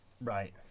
Right